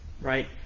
right